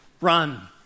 Run